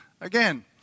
again